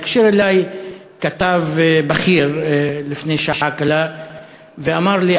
התקשר אלי כתב בכיר לפני שעה קלה ואמר לי: